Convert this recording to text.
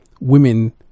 women